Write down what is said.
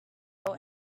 below